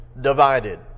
divided